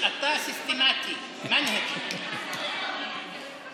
אתה סיסטמטי, על